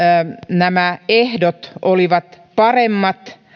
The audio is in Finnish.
nämä ehdot olivat paremmat